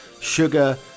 sugar